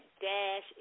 dash